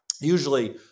Usually